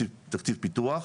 תקציב הפיתוח,